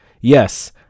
Yes